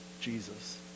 Jesus